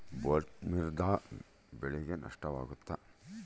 ಬೊಲ್ವರ್ಮ್ನಿಂದ ಬೆಳೆಗೆ ನಷ್ಟವಾಗುತ್ತ?